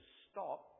stop